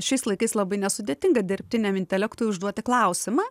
šiais laikais labai nesudėtinga dirbtiniam intelektui užduoti klausimą